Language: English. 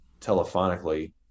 telephonically